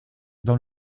dans